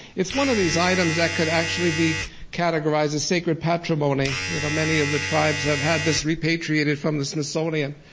it's one of these items that could actually be categorized as sacred patrimony. um many of the tribes have had this repatriated from the smithsonian,